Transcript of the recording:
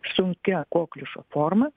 sunkia kokliušo forma